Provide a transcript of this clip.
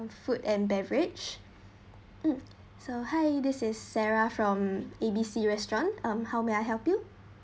food and beverage mm so hi this is sarah from A B C restaurant um how may I help